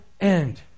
end